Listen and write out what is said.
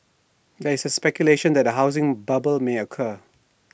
there is speculation that A housing bubble may occur